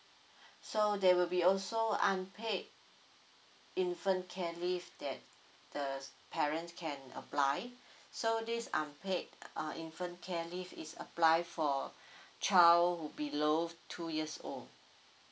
so there will be also unpaid infant care leave that the parent can apply so this unpaid uh infant care leave is apply for child who below two years old